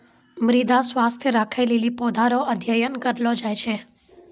मृदा स्वास्थ्य राखै लेली पौधा रो अध्ययन करलो जाय छै